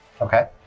Okay